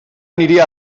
aniria